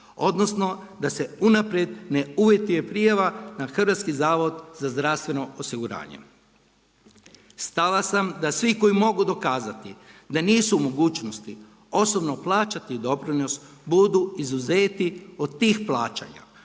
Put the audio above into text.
odnosno da se unaprijed ne uvjetuje prijava na HZMO. Stava sam da svi koji mogu dokazati da nisu u mogućnosti osobno plaćati doprinos budu izuzeti od tih plaćanja.